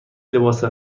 لباس